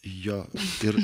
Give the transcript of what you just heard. jo ir